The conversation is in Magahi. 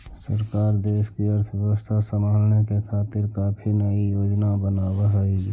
सरकार देश की अर्थव्यवस्था संभालने के खातिर काफी नयी योजनाएं बनाव हई